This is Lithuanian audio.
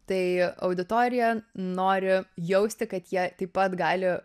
tai auditorija nori jausti kad jie taip pat gali